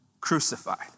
crucified